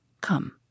Come